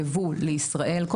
הייבוא לישראל,